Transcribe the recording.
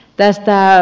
peskää